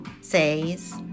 says